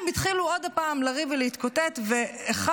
הם התחילו עוד פעם לריב ולהתקוטט ואחד